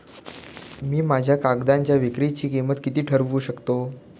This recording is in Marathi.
मी माझ्या कांद्यांच्या विक्रीची किंमत किती ठरवू शकतो?